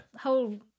whole